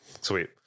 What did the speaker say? sweet